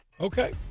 Okay